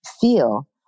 feel